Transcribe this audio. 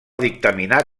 dictaminar